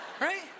right